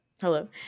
hello